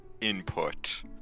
input